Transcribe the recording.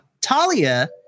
Talia